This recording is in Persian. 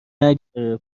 نگذره